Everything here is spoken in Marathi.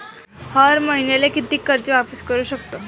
हर मईन्याले कितीक कर्ज वापिस करू सकतो?